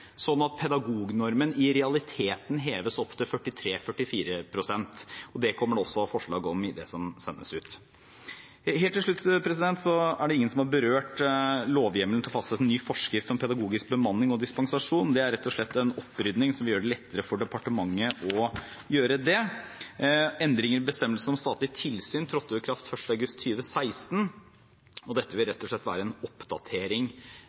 sånn at pedagognormen i realiteten heves opp til 43–44 pst. Dette kommer det også forslag om i det som sendes ut. Helt til slutt: Ingen har berørt lovhjemmelen til å fastsette ny forskrift om pedagogisk bemanning og dispensasjon. Dette er rett og slett en opprydning som vil gjøre det lettere for departementet å gjøre det. Endringer i bestemmelsen om statlig tilsyn trådte i kraft 1. august 2016, og dette vil rett og slett være en oppdatering,